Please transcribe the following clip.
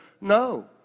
no